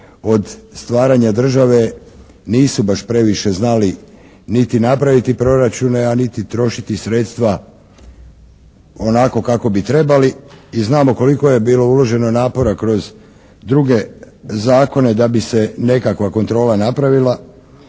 od stvaranja države nisu baš previše znali niti napraviti proračune, a niti trošiti sredstva onako kako bi trebali i znamo koliko je bilo uloženo napora kroz druge zakone da bi se nekakva kontrola napravila.